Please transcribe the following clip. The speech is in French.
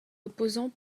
opposants